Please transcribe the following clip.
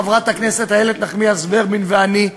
חברת הכנסת איילת נחמיאס ורבין ואני,